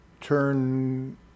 turn